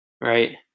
right